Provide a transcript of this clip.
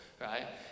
right